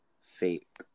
fake